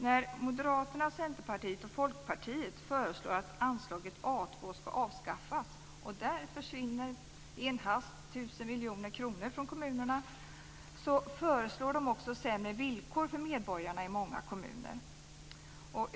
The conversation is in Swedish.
När Moderaterna, Centerpartiet och Folkpartiet föreslår att anslaget A2 ska avskaffas - där försvinner i en hast 1 000 miljoner kronor från kommunerna - så föreslår de också sämre villkor för medborgarna i många kommuner.